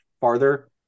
farther